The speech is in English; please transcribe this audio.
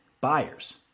buyers